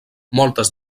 moltes